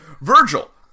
Virgil